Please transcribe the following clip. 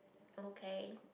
okay